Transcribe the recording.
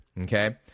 okay